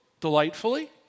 delightfully